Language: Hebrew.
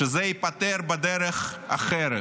שזה ייפתר בדרך אחרת,